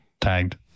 tagged